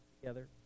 together